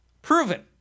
Proven